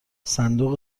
صندوق